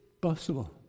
possible